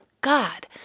God